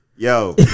Yo